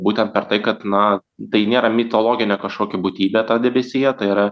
būtent per tai kad na tai nėra mitologinė kažkokia būtybė ta debesija tai yra